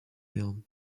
films